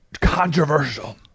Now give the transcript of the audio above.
controversial